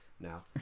Now